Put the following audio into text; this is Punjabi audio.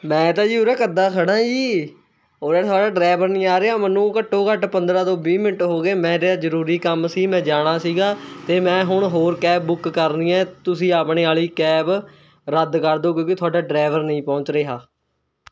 ਮੈਂ ਤਾਂ ਜੀ ਉਰੇ ਕਦ ਦਾ ਖੜਾ ਹਾਂ ਜੀ ਉਰੇ ਤੁਹਾਡਾ ਡਰਾਈਵਰ ਨਹੀਂ ਆ ਰਿਹਾ ਮੈਨੂੰ ਘੱਟੋ ਘੱਟ ਪੰਦਰ੍ਹਾਂ ਤੋਂ ਵੀਹ ਮਿੰਟ ਹੋਗੇ ਮੇਰਾ ਜ਼ਰੂਰੀ ਕੰਮ ਸੀ ਮੈਂ ਜਾਣਾ ਸੀਗਾ ਅਤੇ ਮੈਂ ਹੁਣ ਹੋਰ ਕੈਬ ਬੁੱਕ ਕਰਨੀ ਹੈ ਤੁਸੀਂ ਆਪਣੇ ਵਾਲੀ ਕੈਬ ਰੱਦ ਕਰਦੋ ਕਿਉਂਕਿ ਤੁਹਾਡਾ ਡਰਾਈਵਰ ਨਹੀਂ ਪਹੁੰਚ ਰਿਹਾ